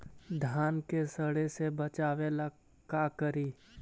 धान के सड़े से बचाबे ला का करि?